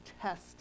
test